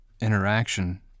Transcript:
interaction